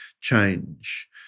change